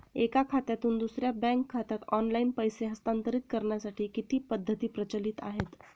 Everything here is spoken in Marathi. एका खात्यातून दुसऱ्या बँक खात्यात ऑनलाइन पैसे हस्तांतरित करण्यासाठी किती पद्धती प्रचलित आहेत?